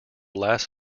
last